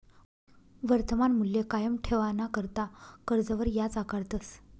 वर्तमान मूल्य कायम ठेवाणाकरता कर्जवर याज आकारतस